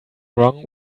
wrong